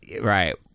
Right